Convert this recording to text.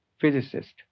physicist